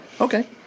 Okay